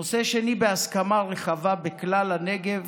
נושא שני בהסכמה רחבה בכלל הנגב